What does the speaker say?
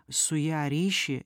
su ja ryšį